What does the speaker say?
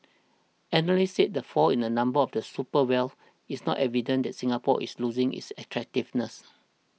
analysts said the fall in the number of the super wealthy is not evidence that Singapore is losing its attractiveness